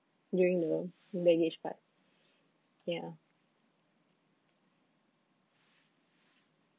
during the baggage part ya